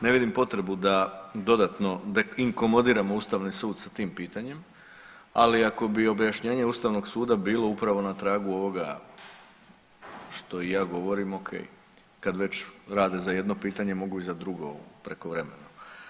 Ne vidim potrebu da dodatno inkomodiramo Ustavni sud sa tim pitanjem, ali ako bi objašnjenje Ustavnog suda bilo upravo na tragu ovoga što i ja govorim o.k. Kad već rade za jedno pitanje mogu i za drugo prekovremeno.